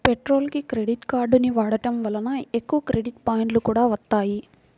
పెట్రోల్కి క్రెడిట్ కార్డుని వాడటం వలన ఎక్కువ క్రెడిట్ పాయింట్లు కూడా వత్తాయి